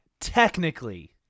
technically